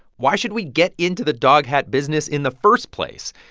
why should we get into the dog hat business in the first place?